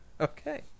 Okay